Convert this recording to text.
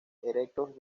erectos